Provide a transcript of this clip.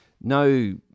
no